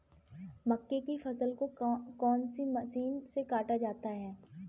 मक्के की फसल को कौन सी मशीन से काटा जाता है?